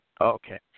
Okay